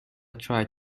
tried